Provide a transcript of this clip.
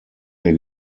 der